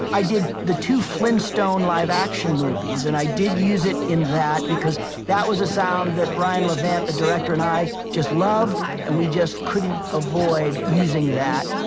i did the two flintstone live action movies, and i did use that in that because that was a sound that brian levant, the director and i, just loved. and we just couldn't avoid using that